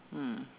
mm